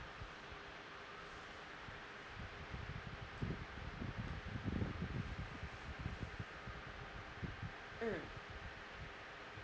mm